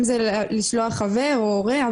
אם זה לשלוח חבר, או הורה.